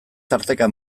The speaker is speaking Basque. tarteka